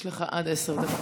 יש לך עד עשר דקות.